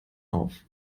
auf